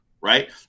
right